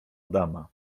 dama